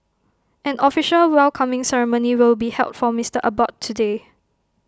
an official welcoming ceremony will be held for Mister Abbott today